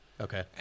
Okay